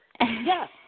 yes